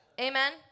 Amen